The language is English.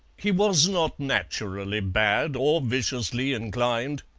he was not naturally bad, or viciously inclined,